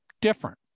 different